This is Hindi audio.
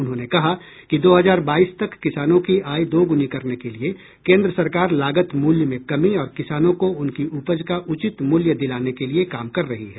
उन्होंने कहा कि दो हजार बाईस तक किसानों की आय दोगुनी करने के लिए केन्द्र सरकार लागत मूल्य में कमी और किसानों को उनकी उपज का उचित मूल्य दिलाने के लिए काम कर रही है